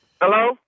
hello